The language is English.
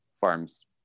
Farms